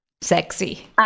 Sexy